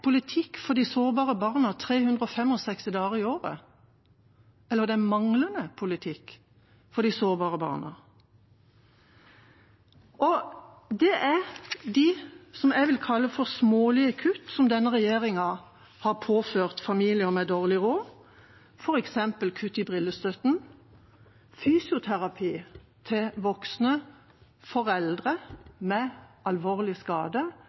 politikk – eller manglende politikk – for de sårbare barna 365 dager i året. Det er det jeg vil kalle smålige kutt som denne regjeringa har påført familier med dårlig råd, f.eks. kutt i brillestøtten, fysioterapi for voksne foreldre